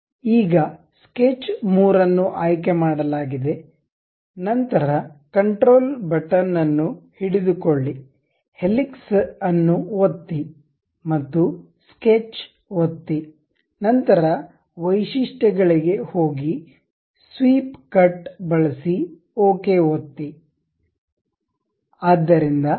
ಈಗ ಸ್ಕೆಚ್ 3 ಅನ್ನು ಆಯ್ಕೆ ಮಾಡಲಾಗಿದೆ ನಂತರ ಕಂಟ್ರೋಲ್ ಬಟನ್ ಅನ್ನು ಹಿಡಿದುಕೊಳ್ಳಿ ಹೆಲಿಕ್ಸ್ ಅನ್ನು ಒತ್ತಿ ಮತ್ತು ಸ್ಕೆಚ್ ಒತ್ತಿ ನಂತರ ವೈಶಿಷ್ಟ್ಯ ಗಳಿಗೆ ಹೋಗಿ ಸ್ವೀಪ್ ಕಟ್ ಬಳಸಿ ಓಕೆ ಒತ್ತಿ